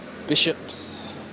Bishops